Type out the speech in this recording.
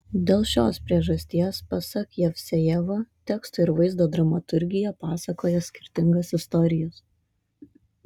dėl šios priežasties pasak jevsejevo teksto ir vaizdo dramaturgija pasakoja skirtingas istorijas